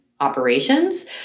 operations